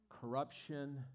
corruption